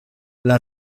las